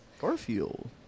Garfield